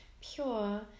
pure